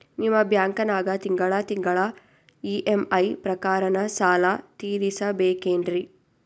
ನಿಮ್ಮ ಬ್ಯಾಂಕನಾಗ ತಿಂಗಳ ತಿಂಗಳ ಇ.ಎಂ.ಐ ಪ್ರಕಾರನ ಸಾಲ ತೀರಿಸಬೇಕೆನ್ರೀ?